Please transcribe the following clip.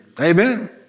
Amen